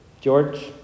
George